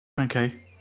Okay